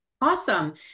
Awesome